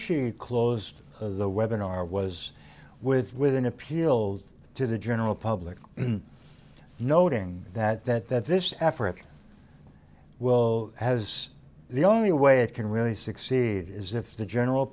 she closed the web in our was with with an appeal to the general public noting that that this effort well as the only way it can really succeed is if the general